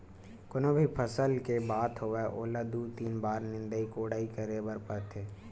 कोनो भी फसल के बात होवय ओला दू, तीन बार निंदई कोड़ई करे बर परथे